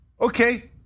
okay